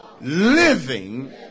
living